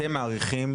אתם מעריכים,